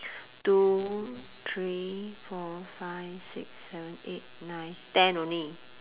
two three four five six seven eight nine ten only